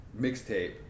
mixtape